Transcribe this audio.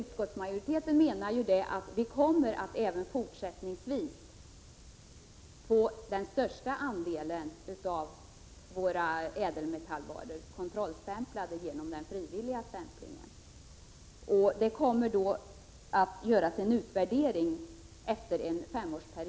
Utskottsmajoriteten menar att vi även fortsättningsvis kommer att få den största andelen av ädelmetallvaror kontrollstämplade genom den frivilliga stämplingen. Som jag sade kommer det alltså att göras en utvärdering efter fem år.